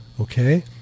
okay